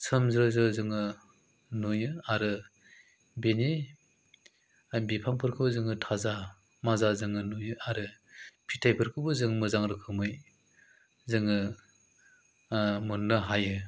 सोमज्रो ज्रो जोङो नुयो आरो बेनि बिफांफोरखौ जोङो थाजा माजा जोङो नुयो आरो फिथाइफोरखौबो जों मोजां रोखोमै जोङो मोन्नो हायो